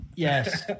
Yes